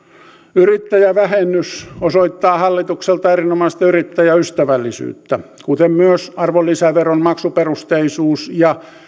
yrittäjävähennys osoittaa hallitukselta erinomaista yrittäjäystävällisyyttä kuten myös arvonlisäveron maksuperusteisuus ja